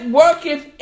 worketh